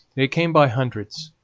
they came by hundreds.